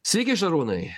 sveiki šarūnai